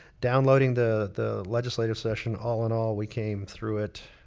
downloading the the legislative session. all in all, we came through it